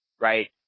right